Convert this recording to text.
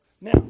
now